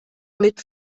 mit